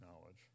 knowledge